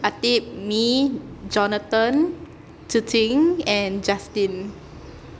ateeb me jonathan zi qing and justin